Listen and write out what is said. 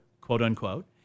quote-unquote